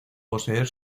poseer